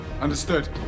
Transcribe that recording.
understood